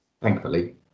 Thankfully